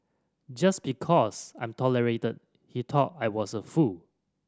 just because I'm tolerated he thought I was a fool